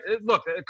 Look